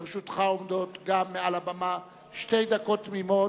לרשותך עומדות גם מעל לבמה שתי דקות תמימות,